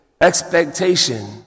expectation